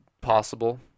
possible